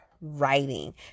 writing